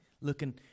looking